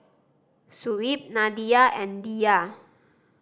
Shuib Nadia and Dhia